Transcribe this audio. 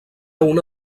una